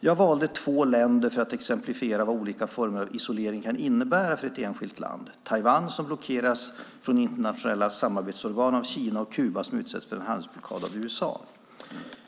Jag valde två länder för att exemplifiera vad olika former av isolering kan innebära för ett enskilt land. Taiwan blockeras från internationella samarbetsorgan av Kina och Kuba som utsätts för en handelsblockad av USA.